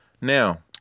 Now